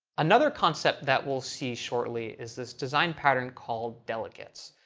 another concept that we'll see shortly is this design pattern called delegates.